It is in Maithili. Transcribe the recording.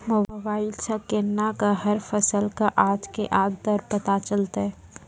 मोबाइल सऽ केना कऽ हर फसल कऽ आज के आज दर पता चलतै?